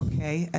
אוקיי.